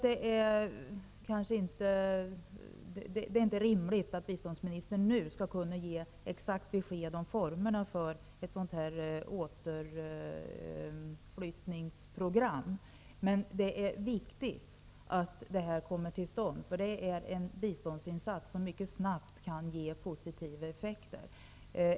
Det är inte rimligt att biståndsministern här i dag skall kunna ge exakt besked om formerna för ett sådant här återflyttningsprogram. Men det är viktigt att verksamheten snabbt kommer till stånd, för detta är en biståndsinsats som inom mycket kort tid kan ge positiva effekter.